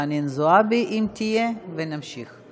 חנין זועבי, אם תהיה, ונמשיך.